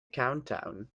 countdown